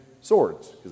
swords